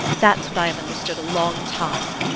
that's what i have understood a long time!